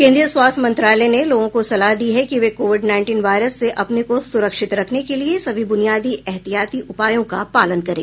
केंद्रीय स्वास्थ्य मंत्रालय ने लोगों को सलाह दी है कि वे कोविड नाईनटीन वायरस से अपने को सुरक्षित रखने के लिए सभी बुनियादी एहतियाती उपायों का पालन करें